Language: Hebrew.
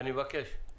אני מבקש,